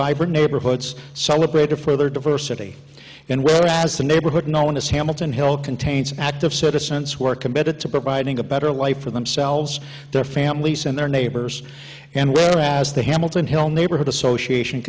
vibrant neighborhoods celebrated for their diversity and whereas the neighborhood known as hamilton hill contains active citizens who are committed to providing a better life for themselves their families and their neighbors and where as the hamilton hill neighborhood association